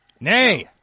Nay